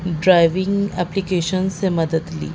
driving application سے مدد لی